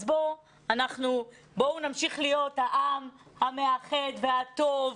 אז בואו נמשיך להיות העם המאחד והטוב,